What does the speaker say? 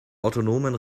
autonomen